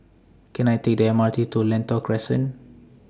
Can I Take The M R T to Lentor Crescent